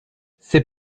c’est